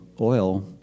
oil